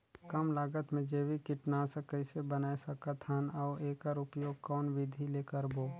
कम लागत मे जैविक कीटनाशक कइसे बनाय सकत हन अउ एकर उपयोग कौन विधि ले करबो?